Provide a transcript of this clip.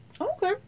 okay